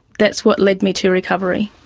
that's what led me to recovery.